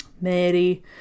Mary